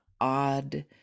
odd